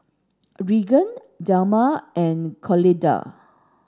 Regan Delmer and Clotilde